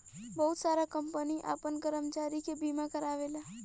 बहुत सारा कंपनी आपन कर्मचारी के बीमा कारावेला